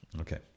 okay